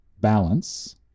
balance